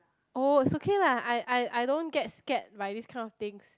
oh it's okay lah I I I don't get scared by this kind of things